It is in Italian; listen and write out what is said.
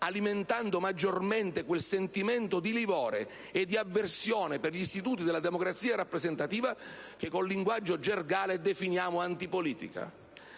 alimentando maggiormente quel sentimento di livore e di avversione per gli istituti della democrazia rappresentativa che, con linguaggio gergale, definiamo antipolitica.